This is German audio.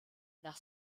nach